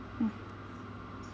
mm